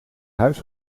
huis